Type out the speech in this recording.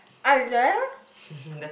I guess